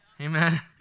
Amen